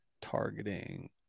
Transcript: targeting